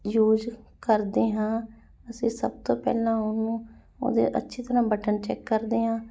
use ਕਰਦੇ ਹਾਂ ਅਸੀਂ ਸਭ ਤੋਂ ਪਹਿਲਾਂ ਉਹਨੂੰ ਉਹਦੇ ਅੱਛੀ ਤਰ੍ਹਾਂ ਬਟਨ ਚੈੱਕ ਕਰਦੇ ਹਾਂ